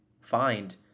find